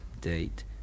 date